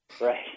right